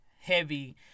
heavy